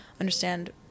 understand